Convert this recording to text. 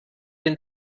den